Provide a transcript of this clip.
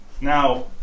Now